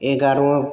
एगार'